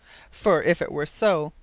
for, if it were so,